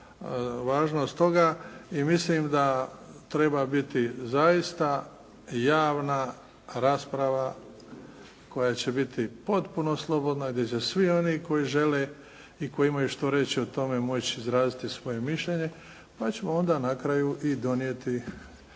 važnost toga i mislim da treba biti zaista javna rasprava koja će biti potpuno slobodna, gdje će svi oni koji žele i koji imaju što reći o tome moći izraziti svoje mišljenje pa ćemo onda na kraju i donijeti